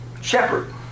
shepherd